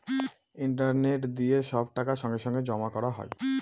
internet দিয়ে সব টাকা সঙ্গে সঙ্গে জমা করা হয়